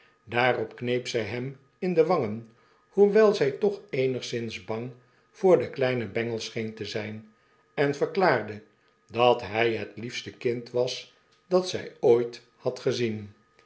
daarop kneep zj hem in de wangen hoewel zij toch eenigszins bang voor den kleinen bengel scheen te zijn en verklaarde dat hij het liefste kind was dat zij ooit had gezien